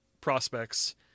prospects